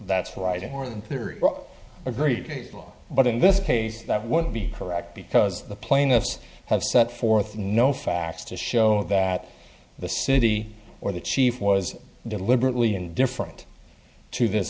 that's right it more than theory agreed but in this case that would be correct because the plaintiffs have set forth no facts to show that the city or the chief was deliberately indifferent to